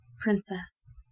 princess